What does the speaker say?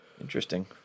Interesting